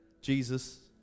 Jesus